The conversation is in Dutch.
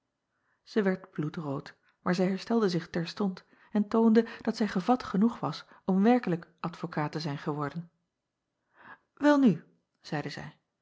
ij werd bloedrood maar zij herstelde zich terstond en toonde dat zij gevat genoeg was om werkelijk advokaat te zijn geworden welnu zeide zij